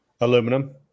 Aluminum